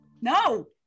No